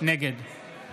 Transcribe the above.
נגד